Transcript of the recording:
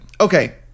Okay